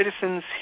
Citizens